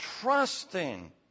trusting